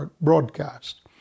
broadcast